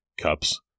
cups